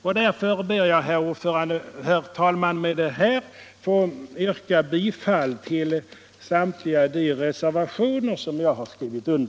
Jag ber, herr talman, att med det anförda få yrka bifall till samtliga de reservationer där mitt namn återfinns.